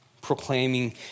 proclaiming